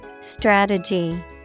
Strategy